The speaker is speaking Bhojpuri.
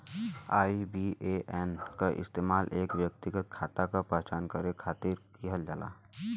आई.बी.ए.एन क इस्तेमाल एक व्यक्तिगत खाता क पहचान करे खातिर किहल जाला